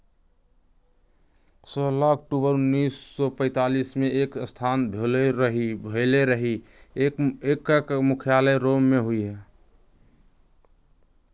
सोलह अक्टूबर उनइस सौ पैतालीस में एकर स्थापना भेल रहै एकर मुख्यालय रोम में हइ